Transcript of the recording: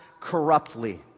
corruptly